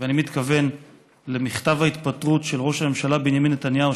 אני מתכוון למכתב ההתפטרות של ראש הממשלה בנימין נתניהו,